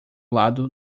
lado